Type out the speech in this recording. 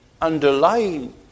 underlying